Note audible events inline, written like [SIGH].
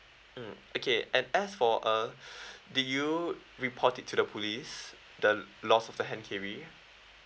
mm okay and as for uh [BREATH] did you report it to the police the loss of the hand carry